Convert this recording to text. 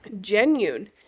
genuine